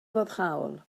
foddhaol